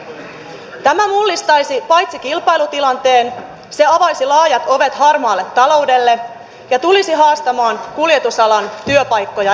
paitsi että tämä mullistaisi kilpailutilanteen se avaisi laajat ovet harmaalle taloudelle ja tulisi haastamaan kuljetusalan työpaikkoja entisestään